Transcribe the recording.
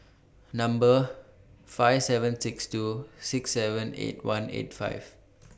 Number five seven six two six seven eight one eight five